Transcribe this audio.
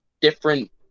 different